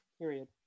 period